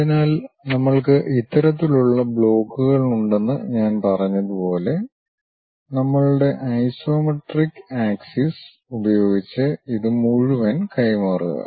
അതിനാൽ നമ്മൾക്ക് ഇത്തരത്തിലുള്ള ബ്ലോക്കുകൾ ഉണ്ടെന്ന് ഞാൻ പറഞ്ഞതുപോലെ നമ്മളുടെ ഐസോമെട്രിക് അക്ഷം ഉപയോഗിച്ച് ഇത് മുഴുവൻ കൈമാറുക